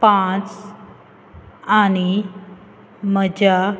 पांच आनी म्हज्या